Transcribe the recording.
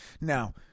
Now